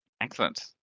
excellent